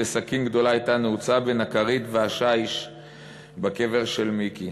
וסכין גדולה הייתה נעוצה בין הכרית והשיש בקבר של מיקי.